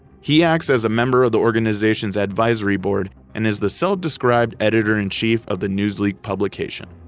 he acts as a member of the organization's advisory board and is the self-described editor-in-chief of the newsleak publication.